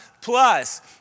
Plus